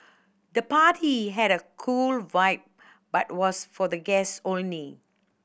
the party had a cool vibe but was for guest only